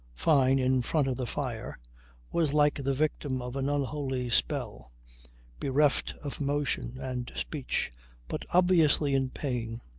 fyne in front of the fire was like the victim of an unholy spell bereft of motion and speech but obviously in pain.